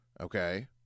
Okay